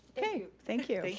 thank you. thank you.